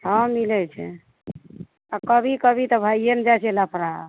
हँ मिलै छै तऽ कभी कभी तऽ भैये ने जाइ छै लफड़ा